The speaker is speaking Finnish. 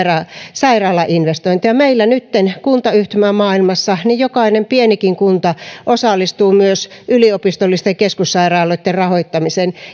sairaalainvestointeja meillä nytten kuntayhtymämaailmassa jokainen pienikin kunta osallistuu myös yliopistollisten keskussairaaloitten rahoittamiseen